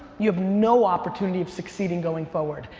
you have no opportunity of succeeding going forward.